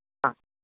हां